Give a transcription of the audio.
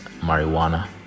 marijuana